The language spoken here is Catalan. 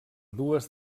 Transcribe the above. dues